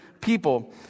people